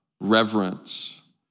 reverence